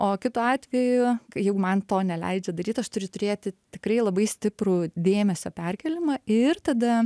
o kitu atveju kai jeigu man to neleidžia daryt aš turiu turėti tikrai labai stiprų dėmesio perkėlimą ir tada